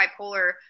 bipolar